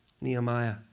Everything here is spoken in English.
Nehemiah